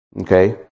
Okay